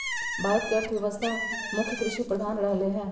भारत के अर्थव्यवस्था मुख्य कृषि प्रधान रहलै ह